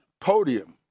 podium